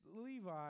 Levi